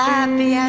Happy